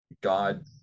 God